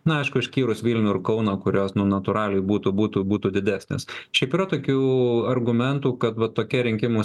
na aišku išskyrus vilnių ir kauną kurios na natūraliai būtų būtų būtų didesnės šiaip yra tokių argumentų kad va tokia rinkimų